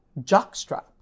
jockstrap